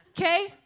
Okay